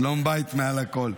שלום בית מעל הכול.